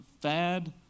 fad